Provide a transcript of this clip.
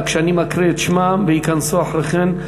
כשאני מקריא את שמם וייכנסו אחרי כן,